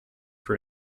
for